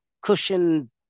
cushion